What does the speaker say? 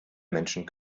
menschen